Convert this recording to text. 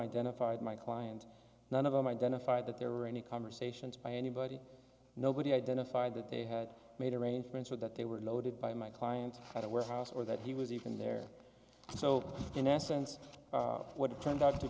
identified my client none of them identified that there were any conversations by anybody nobody identified that they had made arrangements or that they were loaded by my client at a warehouse or that he was even there so in essence what it turned out to